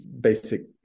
basic